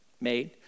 made